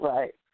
Right